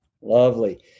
Lovely